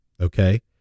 okay